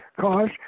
cause